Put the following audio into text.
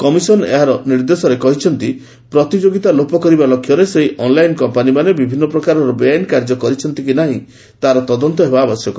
commission ଏହାର ନିର୍ଦ୍ଦେଶରେ କହିଛି ପ୍ରତିଯୋଗିତା ଲୋପ କରିବା ଲକ୍ଷ୍ୟରେ ସେହି ଅନ୍ଲାଇନ୍ କମ୍ପାନିମାନେ ବିଭିନ୍ନ ପ୍ରକାରର ବେଆଇନ କାର୍ଯ୍ୟ କରିଛନ୍ତି କି ନାହିଁ ତା'ର ତଦନ୍ତ ହେବା ଆବଶ୍ୟକ